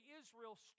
Israel